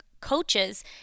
coaches